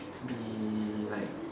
be like